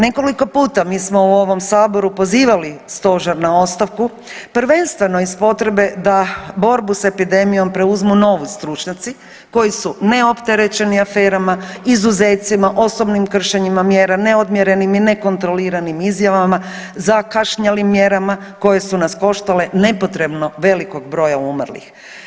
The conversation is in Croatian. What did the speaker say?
Nekoliko puta mi smo u ovom Saboru pozivali Stožer na ostavku prvenstveno iz potrebe da borbu sa epidemijom preuzmu novi stručnjaci koji su neopterećeni aferama, izuzecima, osobnim kršenjima mjera, neodmjerenim i nekontroliranim izjavama, zakašnjelim mjerama koje su nas koštale nepotrebno velikog broja umrlih.